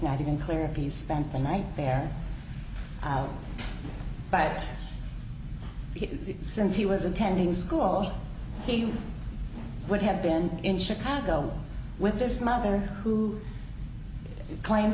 not even clear the spent the night there but since he was attending school he would have been in chicago with this mother who claim